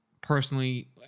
personally